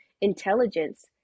intelligence